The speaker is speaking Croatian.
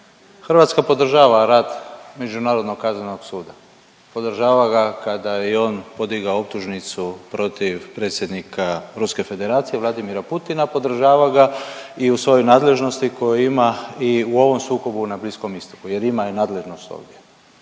Hrvatska podržava rad Međunarodnog kaznenog suda. Podržava ga kada je on podigao optužnicu protiv predsjednika Ruske federacije, Vladimira Putina, podržava ga i u svojoj nadležnosti koju ima i u ovom sukobu na Bliskom istoku. Jer imaju nadležnost ovdje